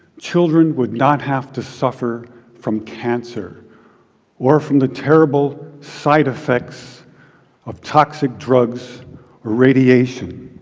children would not have to suffer from cancer or from the terrible side effects of toxic drugs or radiation,